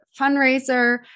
fundraiser